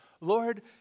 Lord